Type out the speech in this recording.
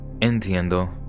entiendo